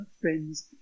friends